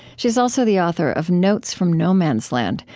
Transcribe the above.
she's also the author of notes from no man's land,